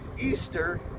Easter